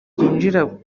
byinjira